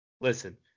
listen